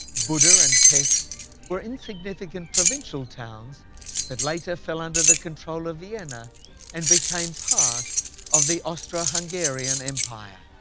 buda and pest were insignificant provincial towns that later fell under the control of vienna and became part of the austria-hungarian empire.